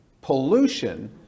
pollution